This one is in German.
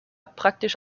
praktisch